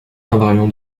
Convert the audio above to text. invariants